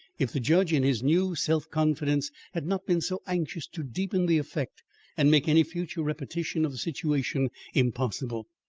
if the judge in his new self-confidence had not been so anxious to deepen the effect and make any future repetition of the situation impossible!